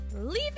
leave